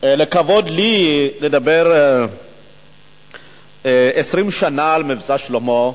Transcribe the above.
לכבוד לי לדבר בנושא עשרים שנה ל"מבצע שלמה"